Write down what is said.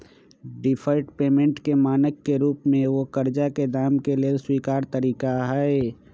deferred payment के मानक के रूप में एगो करजा के दाम के लेल स्वीकार तरिका हइ